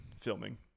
filming